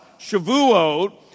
Shavuot